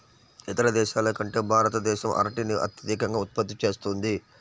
ఇతర దేశాల కంటే భారతదేశం అరటిని అత్యధికంగా ఉత్పత్తి చేస్తుంది